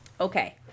Okay